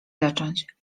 zacząć